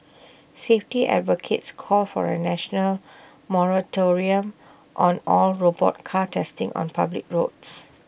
safety advocates called for A national moratorium on all robot car testing on public roads